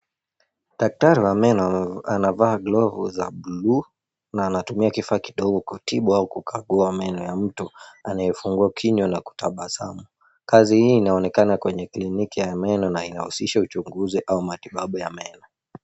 Daktari wa meno anavaa glovu za buluu na anatumia kifaa kidogo kutibu au kukagua meno ya mtu anayefungua kinywa na kutabasamu. Kazi hii inaonekana kwenye kliniki ya meno na inahusisha uchunguzi au matibabu ya meno.